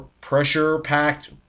pressure-packed